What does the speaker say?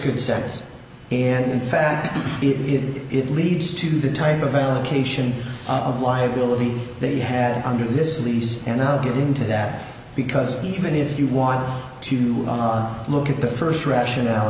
good sense in fact it leads to the type of allocation of liability they had under this lease and now get into that because even if you want to look at the first rationale